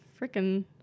freaking